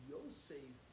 Yosef